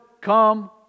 come